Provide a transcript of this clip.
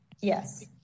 Yes